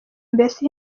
mbese